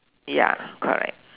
ya correct